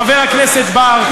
חבר הכנסת בר,